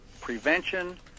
prevention